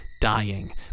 dying